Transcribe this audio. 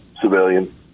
civilian